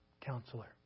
Counselor